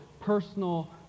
personal